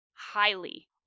highly